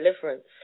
deliverance